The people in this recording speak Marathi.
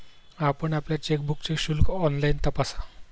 आपण आपल्या चेकबुकचे शुल्क ऑनलाइन तपासा